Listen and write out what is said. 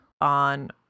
on